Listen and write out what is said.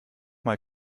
mal